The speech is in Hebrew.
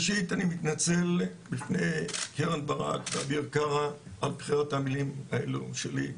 ראשית אני מתנצל בפני קרן ברק ואביר קארה על בחירת המילים האלה שלי,